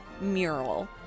mural